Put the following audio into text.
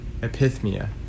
epithmia